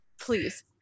Please